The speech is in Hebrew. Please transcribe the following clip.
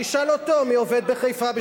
תשאל אותו מי עובד בחיפה בשבת.